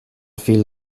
fiel